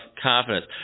confidence